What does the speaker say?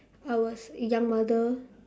I was a young mother